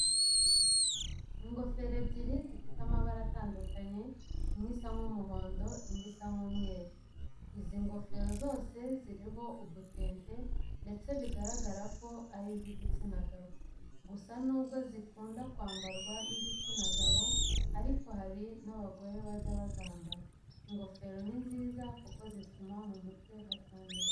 Ingofero ebyiri zifite amabara atandukanye, imwe isa nk'umuhondo indi isa nk'umweru. Izi ngofero zose ziriho udutente ndetse biragaragara ko ari iz'igitsina gabo. Gusa nubwo zikunda kwambarwa n'igitsina gabo ariko hari n'abagore bajya bazambara. Ingofero ni nziza kuko zituma mu mutwe hatandura.